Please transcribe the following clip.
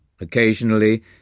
Occasionally